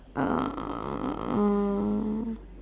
uh